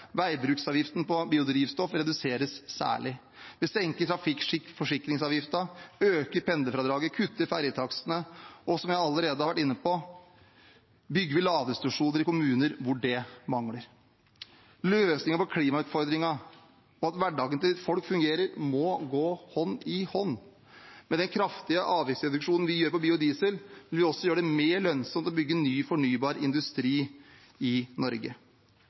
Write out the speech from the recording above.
Veibruksavgiften på biodrivstoff reduseres særlig. Vi senker trafikkforsikringsavgiften, øker pendlerfradraget og kutter ferjetakstene. Og som jeg allerede har vært inne på, bygger vi ladestasjoner i kommuner hvor det mangler. Løsningen på klimautfordringen og at hverdagen til folk fungerer, må gå hånd i hånd. Med den kraftige avgiftsreduksjonen vi gjør på biodiesel, vil vi også gjøre det mer lønnsomt å bygge ny fornybar industri i Norge.